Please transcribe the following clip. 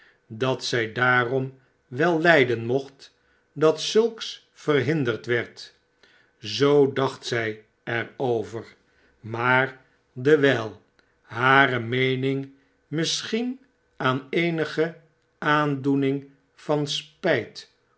dat zij daarom wel lijden mocm dat zulks verhinderd werd zoo dacht zij er over maar dewijl hare meening misschien aan eenige aandoening van spijt